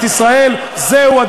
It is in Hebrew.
הישיבה, יואל.